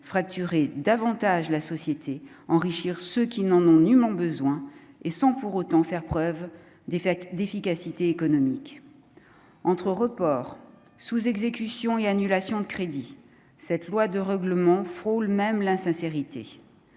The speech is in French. fracturer davantage la société enrichir ceux qui n'en n'ont nullement besoin et sans pour autant faire preuve défaite d'efficacité économique entre report sous-exécution et annulations de crédits cette loi de règlement frôle même la sincérité